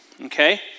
okay